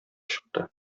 чыкты